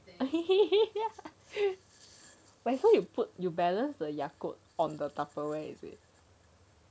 so you put you balance the yakult on the tupperware is it